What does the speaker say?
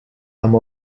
amb